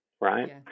right